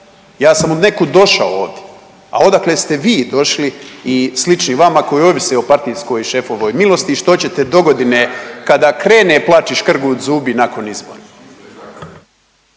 ja sam odnekud došao ovdje, a odakle ste vi došli i slični vama koji ovise o partijskoj i šefovoj milosti i što ćete dogodine kada krene plač i škrgut zubi nakon izbora?